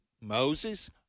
Moses